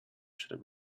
should